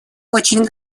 очень